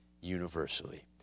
universally